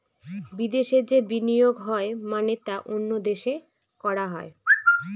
বিদেশে যে বিনিয়োগ হয় মানে তা অন্য দেশে করা হয়